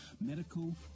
medical